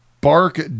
Bark